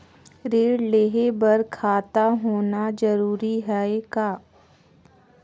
ऋण लेहे बर खाता होना जरूरी ह का?